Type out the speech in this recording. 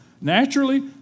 Naturally